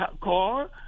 car